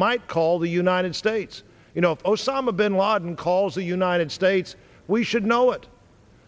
might call the united states you know if osama bin laden calls the united states we should know